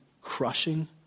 crushing